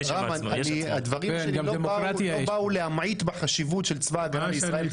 --- הדברים שלי לא באו להמעיט בחשיבות של צבא ההגנה לישראל,